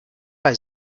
bei